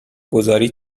گذاری